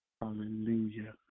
Hallelujah